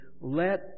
let